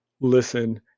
listen